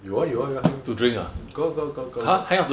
有啊有啊有啊 got got got got got